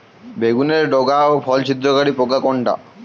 বেগুনের ডগা ও ফল ছিদ্রকারী পোকা কোনটা?